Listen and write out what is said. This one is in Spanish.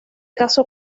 casó